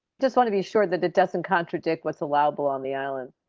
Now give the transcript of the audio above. just want to be sure that it doesn't contradict what's allowable on the island.